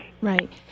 Right